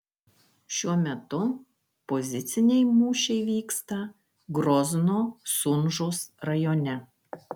šiuo metu poziciniai mūšiai vyksta grozno sunžos rajone